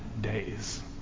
days